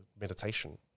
meditation